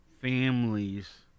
families